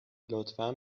لطفا